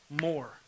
more